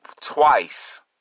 twice